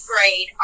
grade